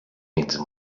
między